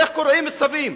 איך קורעים צווים,